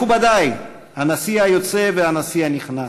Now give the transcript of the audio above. מכובדי, הנשיא היוצא והנשיא הנכנס,